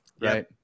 right